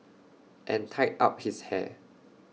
and tied up his hair